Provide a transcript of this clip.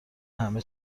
همه